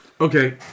Okay